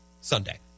Sunday